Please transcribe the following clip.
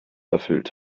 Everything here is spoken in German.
erfüllt